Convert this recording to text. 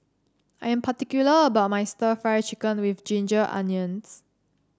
I am particular about my stir Fry Chicken with Ginger Onions